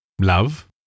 Love